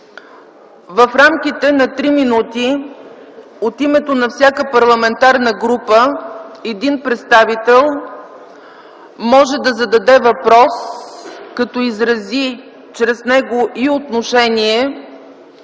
В рамките на три минути от името на всяка парламентарна група един представител може да зададе въпрос, като чрез него изрази отношение